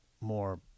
more